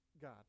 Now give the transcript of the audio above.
God